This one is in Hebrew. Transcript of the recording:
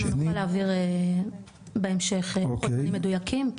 אנחנו נוכל להעביר בהמשך לוחות זמנים מדויקים.